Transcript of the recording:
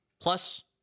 plus